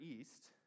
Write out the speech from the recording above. East